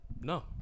No